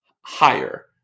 higher